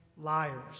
liars